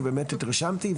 כי באמת התרשמתי,